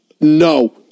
no